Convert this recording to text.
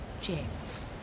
James